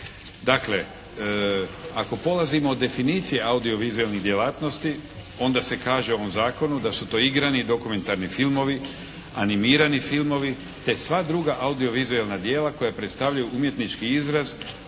Dakle, ako polazimo od definicije audiovizualnih djelatnosti, onda se kaže u ovom Zakonu da su to igrani i dokumentarni filmovi, animirani filmovi te sva druga audiovizualna djela koja predstavljaju umjetnički izraz